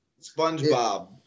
SpongeBob